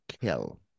Kill